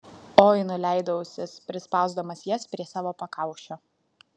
oi nuleido ausis prispausdamas jas prie savo pakaušio